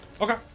Okay